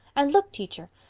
and look, teacher,